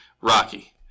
Rocky